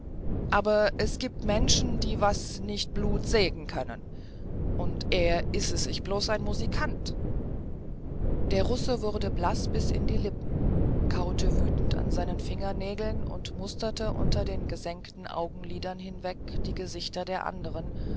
aber es gibt menschen die was kein blut nicht segen können und er ise sich bloß ein musikant der russe wurde blaß bis in die lippen kaute wütend an seinen fingernägeln und musterte unter den gesenkten augenlidern hinweg die gesichter der anderen